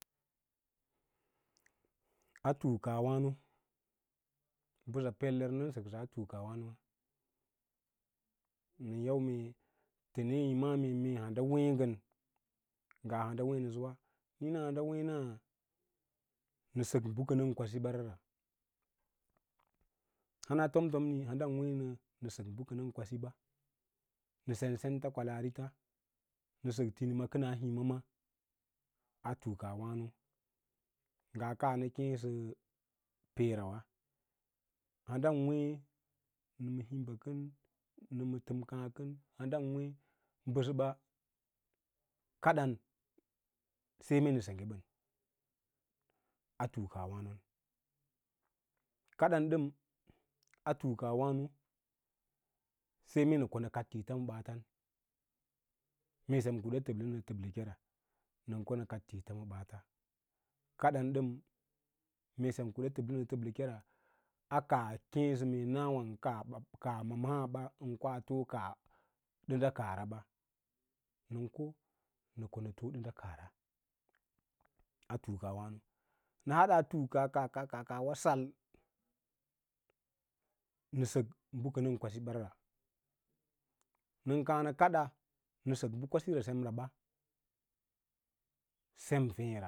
A tunkwâno mbəsa peler nən səksə a tuukara’nowâ, nən yau mee təne yí ma’à mee handa wěě handa wěěna nə sək bə kənən kwasī ɓa ra ra hana tomtomir handau weẽ nə nəsək bə kənən kwasi ɓa nə bentə kwalaarita nə sək tinima kə naa himama atu kawano ngaa kaa nə keẽsə peera wa handan weẽ nə ma himba kən nə ma təmka, kən handa wěě mbəsəba kaɗan fai mee nə sangge bəna tuuka wâno, kadan ɗən a tunka wano sai mee nə ko nə kaɗ tiits ma baatan mee sem kuɗa təblə nə təblə kure nə ko nə kad tiits ma ɓaata kadan dəm mee ɗem kuda teblə nə təblə kera a kaa keẽ sə nawa ən kaa hus maa ɓa ən koa fou kaah dənɗa kaah raɓa nən ko nə ko nə tǒu ɗənɗa kaahra a tuukawǎno nə hadaa turka kaa kaa kaa kaa wa sal nə sək bə bə kənən kwasi ɓarara nən kaã nə kaɗa nə sək bə kwabíra semra ba em feẽ ra.